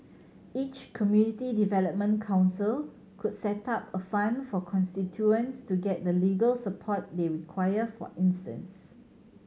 each community development council could set up a fund for constituents to get the legal support they require for instance